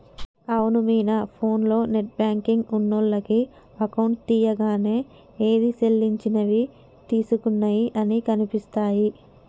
అవును మీనా ఫోన్లో net banking ఉన్నోళ్లకు అకౌంట్ తీయంగానే ఏది సెల్లించినవి తీసుకున్నయి అన్ని కనిపిస్తాయి